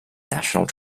national